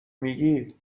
میگیی